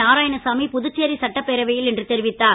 நாராயணசாமி புதுச்சேரி சட்டப்பேரவையில் இன்று தெரிவித்தார்